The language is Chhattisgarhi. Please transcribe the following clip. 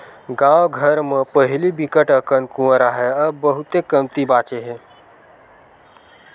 गाँव घर म पहिली बिकट अकन कुँआ राहय अब बहुते कमती बाचे हे